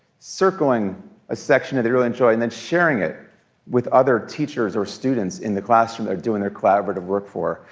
circling a section that they really enjoy, and then sharing it with other teachers or students in the classroom they're doing their collaborative work for.